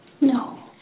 No